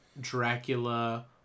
Dracula